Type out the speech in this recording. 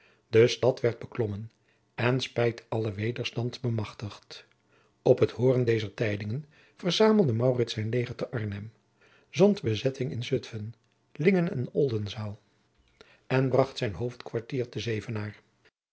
de stad werd beklommen en spijt allen wederstand bemachtigd op het hooren dezer tijdingen verzamelde maurits zijn leger te arnhem zond bezetting in zutphen lingen en oldenzaal en bracht zijn hoofdkwartier te zevenaar